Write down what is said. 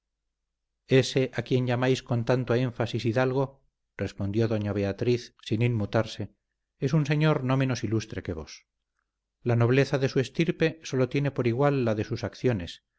ese a quien llamáis con tanto énfasis hidalgo respondió doña beatriz sin inmutarse es un señor no menos ilustre que vos la nobleza de su estirpe sólo tiene por igual la de sus acciones